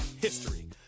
history